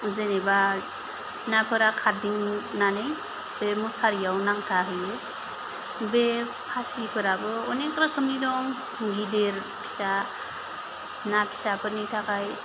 जेनेबा नाफोरा खारदिंनानै बे मुसारियाव नांथाहैयो बे फासिफोराबो अनेक रोखोमनि दं गिदिर फिसा ना फिसाफोरनि थाखाय